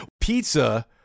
pizza